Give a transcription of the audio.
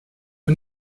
nur